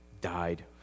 died